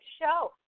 show